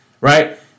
right